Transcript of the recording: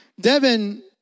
Devin